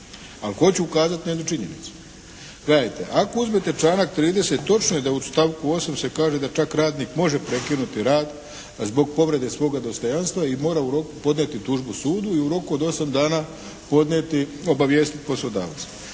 Ali hoću ukazati na jednu činjenicu. Gledajte, ako uzmete članak 30. točno je da u stavku 8. se kaže da čak radnik može prekinuti rad zbog povrede svoga dostojanstva i mora u roku podnijeti tužbu sudu i u roku od 8 dana obavijestiti poslodavca.